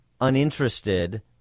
uninterested